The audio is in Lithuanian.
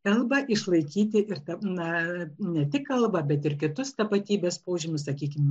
kalbą išlaikyti ir te na ne tik kalbą bet ir kitus tapatybės požymius sakykim